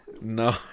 No